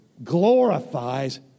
glorifies